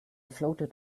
floated